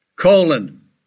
Colon